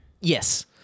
yes